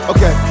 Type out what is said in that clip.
Okay